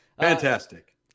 Fantastic